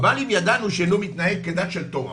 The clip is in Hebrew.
אבל אם ידענו שלא מתנהג כדת של תורה